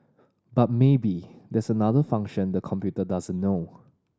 but maybe there's another function the computer doesn't know